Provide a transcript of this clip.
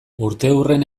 urteurren